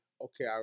okay